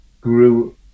grew